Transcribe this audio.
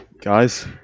Guys